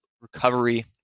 recovery